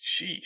jeez